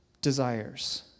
desires